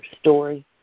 story